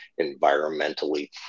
environmentally